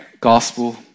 gospel